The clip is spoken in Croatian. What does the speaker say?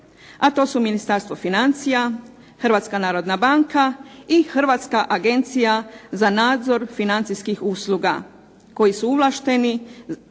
a to su Ministarstvo financija, Hrvatska narodna banka i Hrvatska agencija za nadzor financijskih usluga koji su ovlašteni